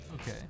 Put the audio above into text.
Okay